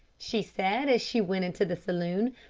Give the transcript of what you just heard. she said as she went into the saloon.